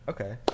Okay